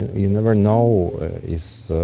you never know is